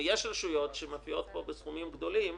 ויש רשויות שמופיעות פה בסכומים גדולים,